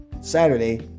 Saturday